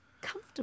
comfortable